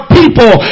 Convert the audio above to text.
people